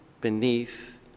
beneath